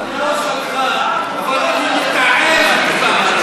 אני לא שדכן, אבל אני מתעב אותם.